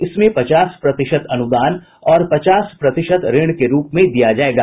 इसमें पचास प्रतिशत अनुदान और पचास प्रतिशत ऋण के रूप में दिया जायेगा